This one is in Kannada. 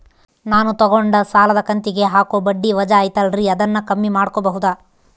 ನಾನು ತಗೊಂಡ ಸಾಲದ ಕಂತಿಗೆ ಹಾಕೋ ಬಡ್ಡಿ ವಜಾ ಐತಲ್ರಿ ಅದನ್ನ ಕಮ್ಮಿ ಮಾಡಕೋಬಹುದಾ?